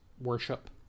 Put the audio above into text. worship